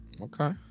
Okay